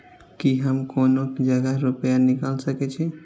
की हम कोनो जगह रूपया निकाल सके छी?